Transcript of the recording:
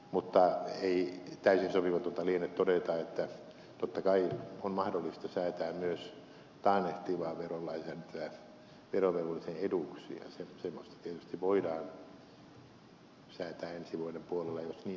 mutta ei täysin sopimatonta liene todeta että totta kai on mahdollista säätää myös taannehtivaa verolainsäädäntöä verovelvollisen eduksi ja semmoista tietysti voidaan säätää ensi vuoden puolella jos niin satuttaisiin tahtomaan